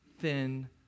thin